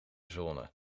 zone